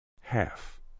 half